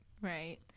Right